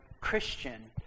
Christian